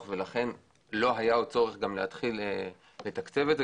ולכן לא היה צורך להתחיל לתקצב את זה.